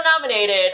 nominated